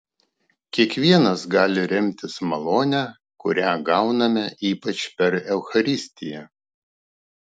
kiekvienas gali remtis malone kurią gauname ypač per eucharistiją